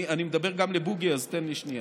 אני מדבר גם לבוגי, אז תן לי שנייה.